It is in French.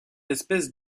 espèce